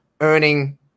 earning